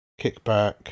Kickback